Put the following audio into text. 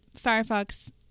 Firefox